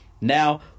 now